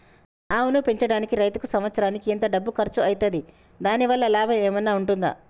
ఆవును పెంచడానికి రైతుకు సంవత్సరానికి ఎంత డబ్బు ఖర్చు అయితది? దాని వల్ల లాభం ఏమన్నా ఉంటుందా?